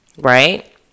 Right